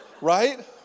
Right